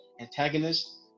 antagonist